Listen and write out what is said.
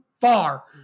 far